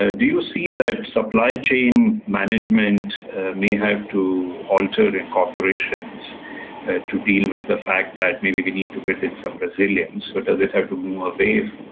ah do you see that supply chain management may have to alter in corporations to deal with the fact that maybe we need to build in some resilience. so does it have to move away,